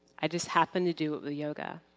i just happen to do it with yoga.